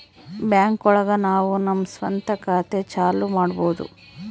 bank ಒಳಗ ನಾವು ನಮ್ ಸ್ವಂತ ಖಾತೆ ಚಾಲೂ ಮಾಡ್ಬೋದು